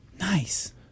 Nice